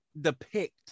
depict